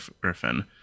griffin